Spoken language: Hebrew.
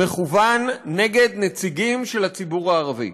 מכוון נגד נציגים של הציבור הערבי.